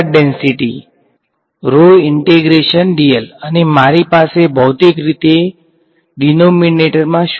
line charge density અને મારી પાસે ભૌતિક રીતે ડીનોમીનેટર મા શું હોવું જોઈએ